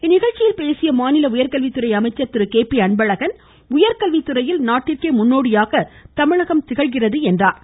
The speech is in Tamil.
இந்நிகழ்ச்சியில் பேசிய உயர்கல்வித்துறை அமைச்சர் திரு கே பி அன்பழகன் உயர்கல்வித்துறையில் நாட்டிற்கே முன்னோடியாக தமிழகம் திகழ்கிறது என்றார்